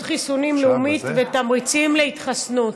חיסונים לאומית ותמריצים להתחסנות),